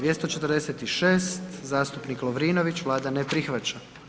246. zastupnik Lovrinović, Vlada ne prihvaća.